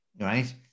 right